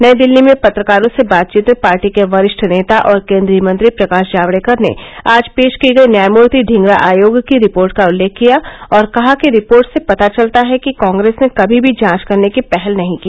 नई दिल्ली में पत्रकारों से बातचीत में पार्टी के वरिष्ठ नेता और केंद्रीय मंत्री प्रकाश जावडेकर ने आज पेश की गई न्यायमूर्ति ढींगरा आयोग की रिपोर्ट का उल्लेख किया और कहा कि रिपोर्ट से पता चलता है कि कांग्रेस ने कभी भी जांच करने की पहल नहीं की